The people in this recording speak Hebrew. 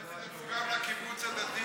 אולי תדאגו גם לקיבוץ הדתי.